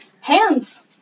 hands